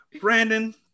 Brandon